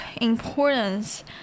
importance